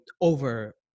over